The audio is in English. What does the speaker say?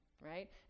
right